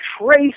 trace